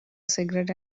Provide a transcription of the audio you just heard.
cigarette